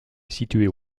située